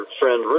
friend